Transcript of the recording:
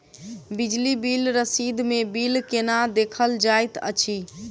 बिजली बिल रसीद मे बिल केना देखल जाइत अछि?